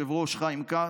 היושב-ראש חיים כץ: